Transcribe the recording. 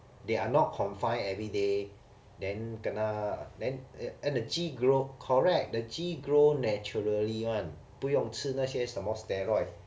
they are not confined everyday then kena then and the 鸡 grow correct and the 鸡 grow naturally one 不用吃那些什么 steroids